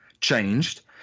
changed